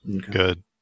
Good